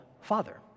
father